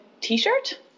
T-shirt